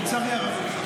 לצערי הרב.